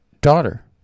daughter